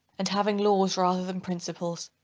and having laws rather than principles,